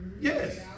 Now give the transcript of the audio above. Yes